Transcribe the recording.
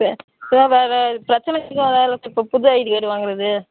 sir sir வேறு பிரச்சின எதுவும் வராதுல சார் இப்போ புது ஐடி கார்டு வாங்குறது